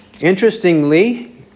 Interestingly